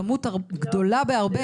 כמות גדולה בהרבה.